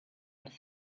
wrth